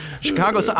Chicago